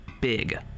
big